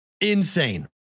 insane